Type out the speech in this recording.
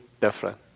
different